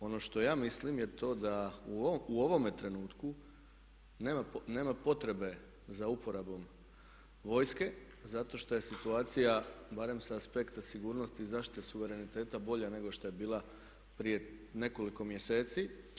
Ono što ja mislim je to da u ovome trenutku nema potrebe za uporabom vojske zašto što je situacija barem sa aspekta sigurnosti i zaštite suvereniteta bolja nego što je bila prije nekoliko mjeseci.